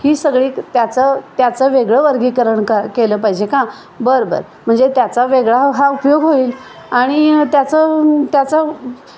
ही सगळी त्याचं त्याचं वेगळं वर्गीकरण क केलं पाहिजे का बरं बर म्हणजे त्याचा वेगळा हा उपयोग होईल आणि त्याचं त्याचा